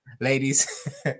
ladies